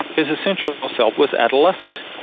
his essential ah self was adolescent.